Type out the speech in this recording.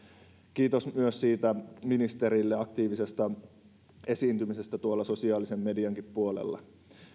kiitos myös siitä ministerille aktiivisesta esiintymisestä tuolla sosiaalisen mediankin puolella